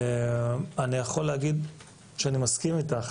אני יכול להגיד שאני מסכים איתך,